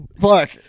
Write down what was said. Fuck